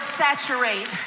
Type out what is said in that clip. saturate